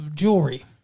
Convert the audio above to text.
jewelry